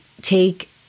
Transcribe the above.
take